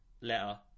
letter